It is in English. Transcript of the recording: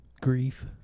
Grief